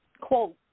quote